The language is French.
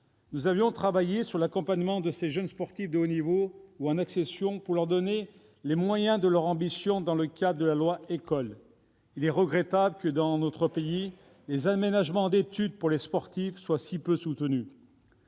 Nous avions travaillé sur l'accompagnement de ces jeunes sportifs de haut niveau ou en accession pour leur donner les moyens de leur ambition dans le cadre de la loi École. Il est regrettable que, dans notre pays, les aménagements d'étude pour les sportifs soient si peu soutenus.